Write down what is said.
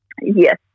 Yes